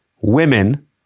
women